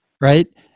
right